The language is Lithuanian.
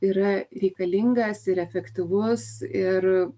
yra reikalingas ir efektyvus ir